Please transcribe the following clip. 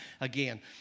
again